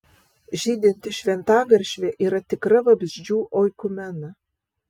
žydinti šventagaršvė yra tikra vabzdžių oikumena